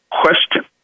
question